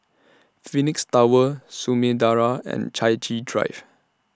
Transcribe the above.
Phoenix Tower Samudera and Chai Chee Drive